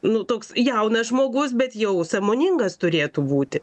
nu toks jaunas žmogus bet jau sąmoningas turėtų būti